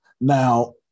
Now